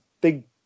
big